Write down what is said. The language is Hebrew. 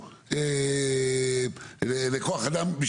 הכפילו לנו.